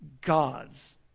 gods